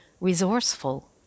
resourceful